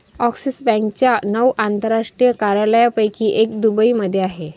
axis बँकेच्या नऊ आंतरराष्ट्रीय कार्यालयांपैकी एक दुबईमध्ये आहे